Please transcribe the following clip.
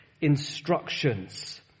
instructions